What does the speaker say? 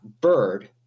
bird